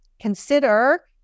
consider